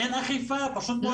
אין אכיפה שם.